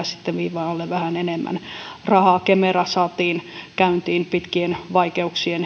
sitten viivan alle vähän enemmän rahaa kemera saatiin käyntiin pitkien vaikeuksien